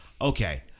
Okay